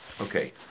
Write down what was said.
okay